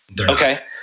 Okay